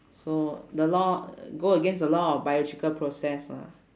so the law go against the law of biological process ah